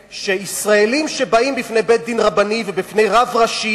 שישראלים שבאים בפני בית-דין רבני ובפני רב ראשי,